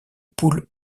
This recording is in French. poule